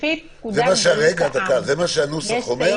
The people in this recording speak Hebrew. שהנוסח אומר?